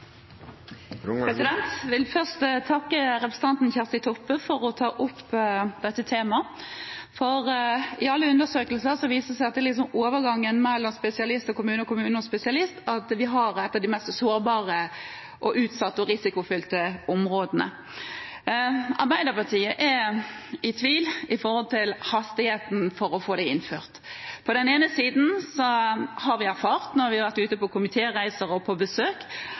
Jeg vil først takke representanten Kjersti Toppe for å ta opp dette temaet, for i alle undersøkelser viser det seg at det er i overgangen mellom spesialist og kommune og kommune og spesialist at vi har et av de mest sårbare, utsatte og risikofylte områdene. Arbeiderpartiet er i tvil når det gjelder hastigheten med å få det innført. På den ene siden har vi erfart, når vi har vært ute på komitéreiser og på besøk,